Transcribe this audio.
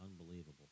Unbelievable